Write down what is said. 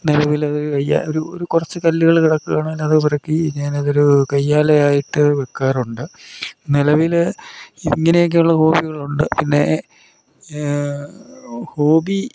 നിലവിൽ ഏതൊരു കയ്യ ഒരു ഒരു കുറച്ച് കല്ലുകൾ കെടക്കുക്കാണേൽ അത് പെറുക്കി ഞാന് അതൊരു കയ്യാലയായിട്ട് വെക്കാറുണ്ട് നിലവിൽ ഇങ്ങനെയൊക്കെ ഉള്ള ഹോബികളൊണ്ട് പിന്നെ ഹോബി